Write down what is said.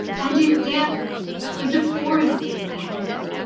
and if death is a forested land,